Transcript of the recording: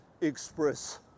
express